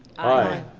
aye.